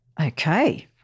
Okay